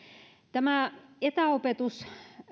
tämä etäopetus